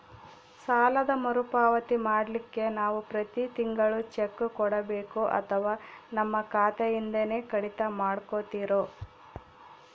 ಸಾಲದ ಮರುಪಾವತಿ ಮಾಡ್ಲಿಕ್ಕೆ ನಾವು ಪ್ರತಿ ತಿಂಗಳು ಚೆಕ್ಕು ಕೊಡಬೇಕೋ ಅಥವಾ ನಮ್ಮ ಖಾತೆಯಿಂದನೆ ಕಡಿತ ಮಾಡ್ಕೊತಿರೋ?